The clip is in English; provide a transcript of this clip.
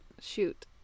Shoot